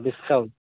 discount